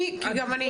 גם אני.